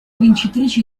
vincitrici